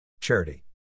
Charity